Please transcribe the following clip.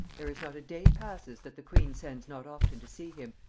there is not a day passes that the queen sends not often to see him,